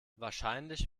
wahrscheinlich